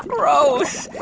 gross.